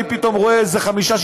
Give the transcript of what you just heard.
אני פתאום רואה איזה חמישה,